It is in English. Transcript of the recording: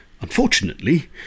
Unfortunately